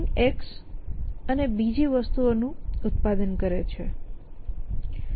x અને બીજી વસ્તુઓનું ઉત્પાદન પણ કરે છે